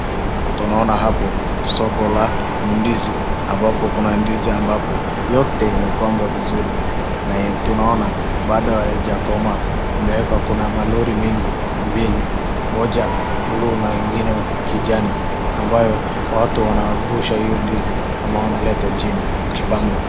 Tunaona hapo soko la ndizi ambapo kuna ndizi ambapo yote imepagwa vizuri na tunaona bado haijakomaa. Imewekwa kuna malori mingi, mbili, moja buluu na ingine kijani ambayo watu wanaangusha hiyo ndizi ama wanaleta chini wakipanga.